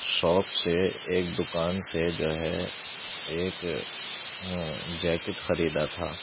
shop سے ایک دوکان سے جو ہے ایک جیکٹ خریدا تھا